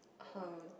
her